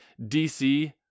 DC